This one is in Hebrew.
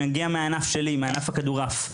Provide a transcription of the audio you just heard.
מגיע מהענף שלי מענף הכדורעף,